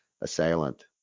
assailant